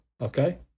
okay